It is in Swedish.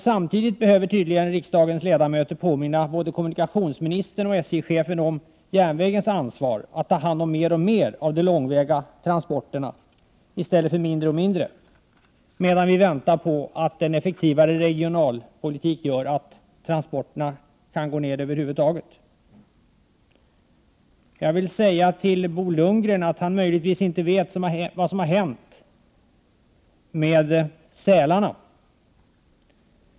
Samtidigt behöver tydligen riksdagens ledamöter påminna både kommunikationsministern och SJ-chefen om järnvägens ansvar att — medan vi väntar på att en effektivare regionalpolitik skall bidra till att minska transporterna över huvud taget — ta hand om mer och mer av de långväga transporterna i stället för mindre och mindre. Till Bo Lundgren vill jag säga att han möjligtvis inte vet vad som har hänt med sälarna.